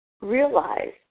realize